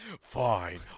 Fine